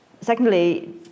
Secondly